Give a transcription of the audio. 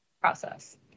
process